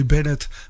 Bennett